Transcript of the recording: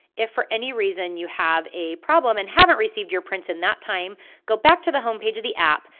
if for any reason you have a problem and haven't received your prints in that time go back to the homepage of the app,